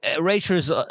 racers